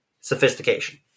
sophistication